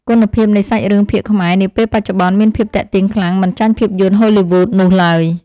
គុណភាពនៃសាច់រឿងភាគខ្មែរនាពេលបច្ចុប្បន្នមានភាពទាក់ទាញខ្លាំងមិនចាញ់ភាពយន្តហូលីវូដនោះឡើយ។